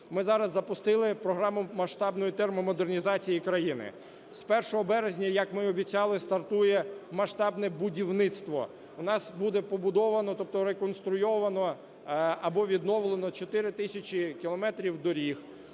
ми зараз запустили програму масштабної термомодернізації країни. З 1 березня, як ми і обіцяли, стартує масштабне будівництво. У нас буде побудовано, тобто реконструйовано або відновлено, 4 тисячі кілометрів доріг,